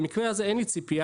במקרה הזה אין לי ציפייה,